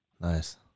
Nice